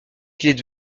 qu’il